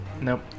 Nope